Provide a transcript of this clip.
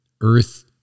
earth